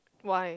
why